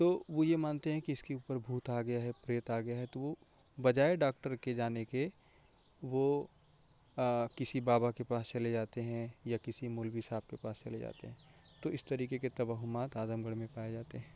تو وہ یہ مانتے ہیں کہ اس کے اوپر بھوت آ گیا ہے پریت آ گیا ہے تو وہ بجائے ڈاکٹر کے جانے کے وہ کسی بابا کے پاس چلے جاتے ہیں یا کسی مولوی صاحب کے پاس چلے جاتے ہیں تو اس طریقے کے تواہمات اعظم گڑھ میں پائے جاتے ہیں